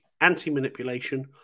Anti-Manipulation